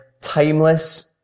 timeless